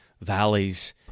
valleys